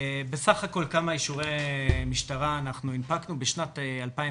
כמה אישורי משטרה אנחנו הנפקנו סך הכול בשנת 2019?